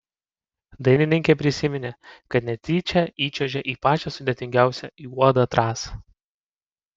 dainininkė prisiminė kad netyčia įčiuožė į pačią sudėtingiausią juodą trasą